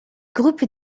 groupe